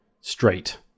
straight